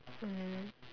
mm